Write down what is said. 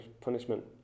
punishment